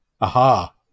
Aha